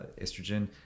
estrogen